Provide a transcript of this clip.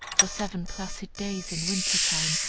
for seven placid days, in winter time,